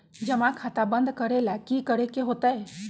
जमा खाता बंद करे ला की करे के होएत?